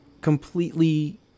completely